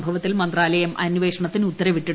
സംഭവത്തിൽ മന്ത്രാലയം അന്വേഷണത്തിന് ഉത്തരവിട്ടിട്ടുണ്ട്